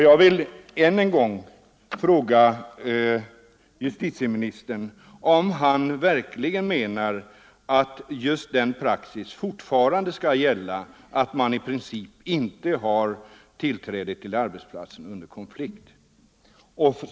Jag vill en än gång fråga justitieministern om han verkligen menar att den praxis fortfarande skall gälla att man i princip inte har tillträde till arbetsplatsen under en konflikt.